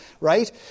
Right